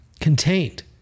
Contained